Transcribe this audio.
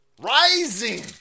Rising